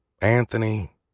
Anthony